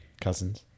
Cousins